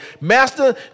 Master